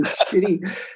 shitty